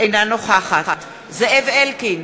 אינה נוכחת זאב אלקין,